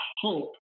hope